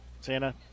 Santa